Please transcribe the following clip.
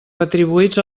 retribuïts